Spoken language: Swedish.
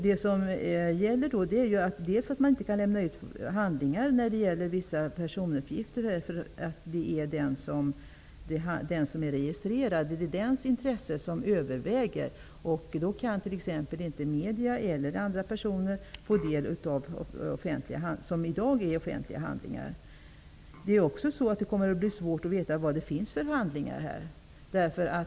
Det som gäller är att man inte kan lämna ut handlingar som gäller vissa personuppgifter därför att det är den registrerade personens intresse som överväger. Då kan t.ex. inte medierna eller andra personer få del av sådant som i dag är offentliga handlingar. Det kommer också att bli svårt att veta vad det finns för handlingar.